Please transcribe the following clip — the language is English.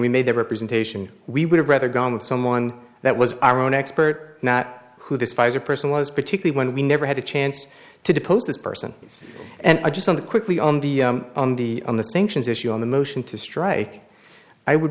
we made the representation we would have rather gone with someone that was our own expert not who this pfizer person was particularly when we never had a chance to depose this person and i just on the quickly on the on the on the sanctions issue on the motion to strike i would